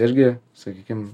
irgi sakykim